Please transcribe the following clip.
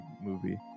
movie